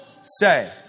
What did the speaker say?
say